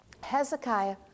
Hezekiah